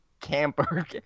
camper